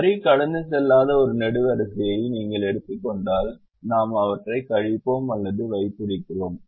வரி கடந்து செல்லாத இந்த நெடுவரிசையை நீங்கள் எடுத்துக் கொண்டால் நாம் அவற்றைக் கழிப்போம் அல்லது வைத்திருக்கிறோம்